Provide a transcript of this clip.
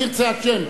אם ירצה השם,